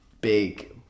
big